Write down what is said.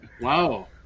Wow